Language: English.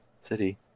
city